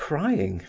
crying,